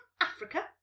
Africa